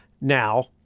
now